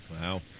Wow